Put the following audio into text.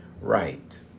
right